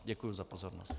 Děkuji za pozornost.